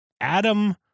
Adam